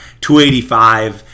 285